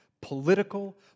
political